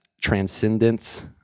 transcendence